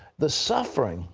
the suffering,